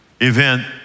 event